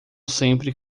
sempre